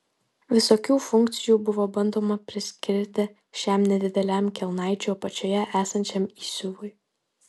visokių funkcijų buvo bandoma priskirti šiam nedideliam kelnaičių apačioje esančiam įsiuvui